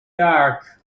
dark